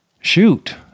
shoot